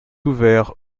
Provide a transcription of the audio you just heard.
ouvert